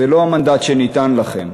זה לא המנדט שניתן לכם.